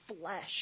flesh